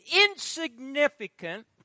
insignificant